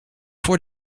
voor